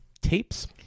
tapes